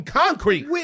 concrete